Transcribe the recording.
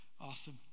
Awesome